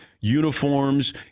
uniforms